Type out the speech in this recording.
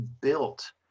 built